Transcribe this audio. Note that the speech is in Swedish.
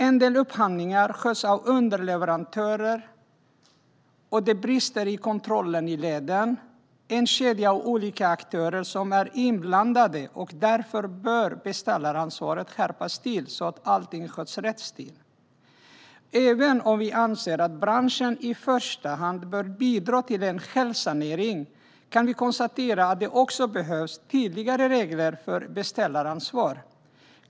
En del upphandlingar sköts av underleverantörer, och det brister i kontrollen i leden. Det är en kedja av olika aktörer, och därför bör beställaransvaret skärpas så att allting sköts på rätt sätt. Även om vi anser att branschen i första hand bör bidra till en självsanering kan vi konstatera att det också behövs tydligare regler för beställaransvar.